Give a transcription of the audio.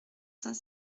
saint